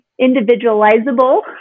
individualizable